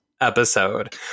episode